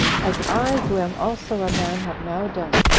as i, who am also a man, have now done.